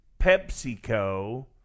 PepsiCo